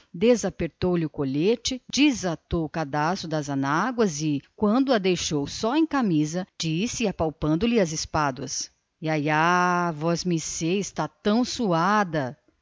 desapertou lhe o colete e quando a deixou só em camisa disse apalpando lhe as costas iaiá vossemecê está tão suada